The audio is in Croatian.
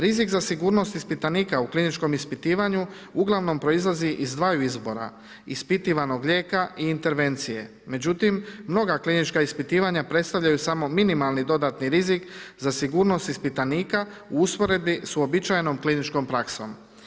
Rizik za sigurnost ispitanika u kliničkom ispitivanju uglavnom proizlazi iz dvaju izbora, ispitivanog lijeka i intervencije, međutim mnoga klinička ispitivanja predstavljaju samo minimalni dodatni rizik za sigurnost ispitanika u usporedbi sa uobičajenom kliničkom praksom.